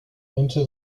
into